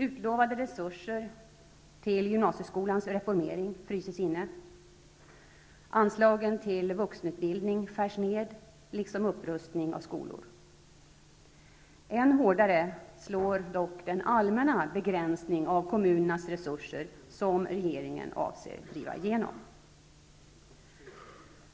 Utlovade resurser till gymnasieskolans reformering fryses inne, anslagen till vuxenutbildning skärs ned liksom anslagen till upprustning av skolor. Än hårdare slår dock den allmänna begränsning av kommunernas resurser som regeringen avser driva igenom.